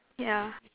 yeah